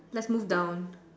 lets move down